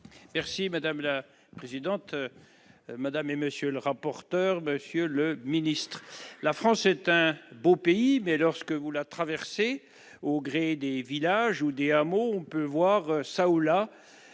Merci madame la présidente, madame et monsieur le rapporteur, monsieur le Ministre, la France est un beau pays, mais lorsque vous la traversée au gré des villages Oudéa mots on peut voir ça ou là